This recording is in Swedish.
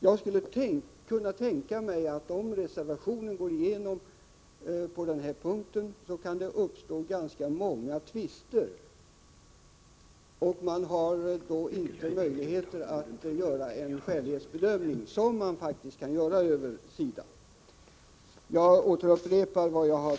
Jag skulle kunna tänka mig att om reservationen bifölls på den här punkten, skulle det uppstå ganska många tvister. Man får då ingen möjlighet att göra en skälighetsbedömning, vilket man faktiskt kan göra i de fall bidragen går över SIDA.